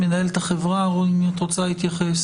מנהלת החברה, רוני, אם את רוצה להתייחס.